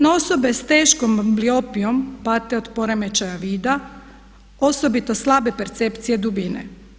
No osobe s teškom ambliopijom pate od poremećaja vida, osobito slabe percepcije dubine.